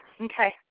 Okay